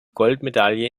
goldmedaille